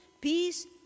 peace